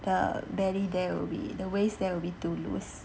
the belly there will be the waist there will be too loose